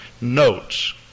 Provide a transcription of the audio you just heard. notes